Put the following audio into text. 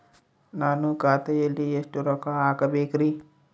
ನಾನು ಖಾತೆಯಲ್ಲಿ ಎಷ್ಟು ರೊಕ್ಕ ಹಾಕಬೇಕ್ರಿ?